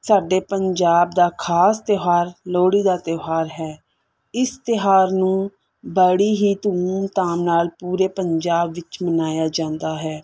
ਸਾਡੇ ਪੰਜਾਬ ਦਾ ਖਾਸ ਤਿਉਹਾਰ ਲੋਹੜੀ ਦਾ ਤਿਉਹਾਰ ਹੈ ਇਸ ਤਿਉਹਾਰ ਨੂੰ ਬੜੀ ਹੀ ਧੂਮ ਧਾਮ ਨਾਲ ਪੂਰੇ ਪੰਜਾਬ ਵਿੱਚ ਮਨਾਇਆ ਜਾਂਦਾ ਹੈ